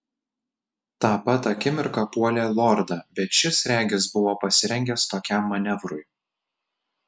tą pat akimirką puolė lordą bet šis regis buvo pasirengęs tokiam manevrui